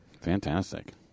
Fantastic